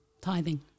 tithing